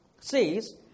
says